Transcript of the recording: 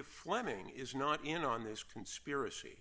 if lambing is not in on this conspiracy